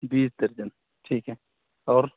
بیس درجن ٹھیک ہے اور